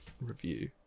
review